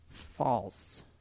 False